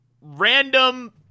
random